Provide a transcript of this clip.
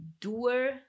doer